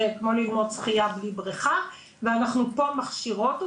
זה כמו ללמוד שחייה בלי בריכה ואנחנו פה מכשירות אותן.